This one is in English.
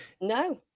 No